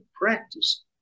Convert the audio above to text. practice